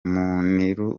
muniru